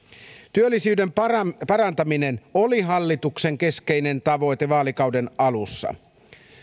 työllisyyden parantaminen oli hallituksen keskeinen tavoite vaalikauden alussa